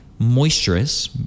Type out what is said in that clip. moisturous